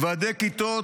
ועדי כיתות